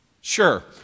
Sure